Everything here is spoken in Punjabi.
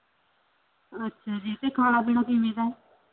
ਅੱਛਾ ਜੀ ਅਤੇ ਖਾਣਾ ਪੀਣਾ ਕਿਵੇਂ ਦਾ ਹੈ